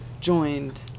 joined